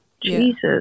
Jesus